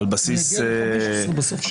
אני קורא אותך לסדר פעם שלישית.